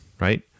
right